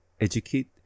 educate